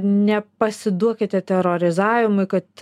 nepasiduokite terorizavimui kad